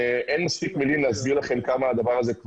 אין מספיק מלים לסביר לכם על הדבר הזה.